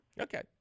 Okay